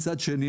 מצד שני,